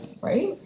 right